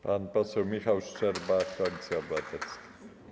Pan poseł Michał Szczerba, Koalicja Obywatelska.